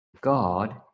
god